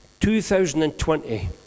2020